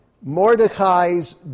Mordecai's